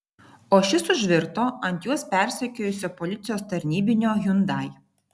o šis užvirto ant juos persekiojusio policijos tarnybinio hyundai